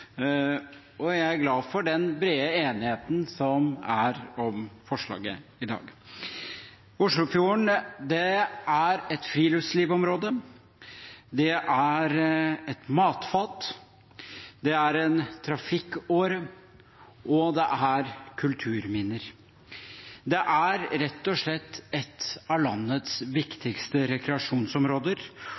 og jeg er glad for den brede enigheten som er om forslaget i dag. Oslofjorden er et friluftslivsområde, det er et matfat, det er en trafikkåre, og det er kulturminner. Det er rett og slett et av landets viktigste rekreasjonsområder,